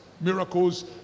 miracles